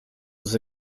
was